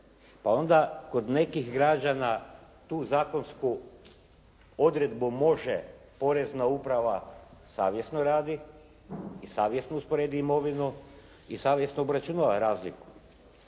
Pa onda kod nekih građana tu zakonsku odredbu može Porezna uprava savjesno radi i savjesno usporedi imovinu, i savjesno obračunava razliku.